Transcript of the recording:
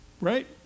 right